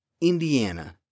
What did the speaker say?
Indiana